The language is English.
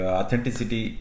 authenticity